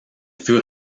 fut